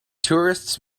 tourists